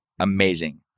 Amazing